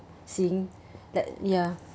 seeing that ya